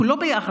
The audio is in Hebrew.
כולו ביחד,